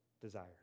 desire